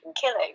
killing